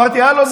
אמרתי: הלו,